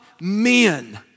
men